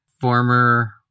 former